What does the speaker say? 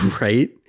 right